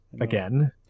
again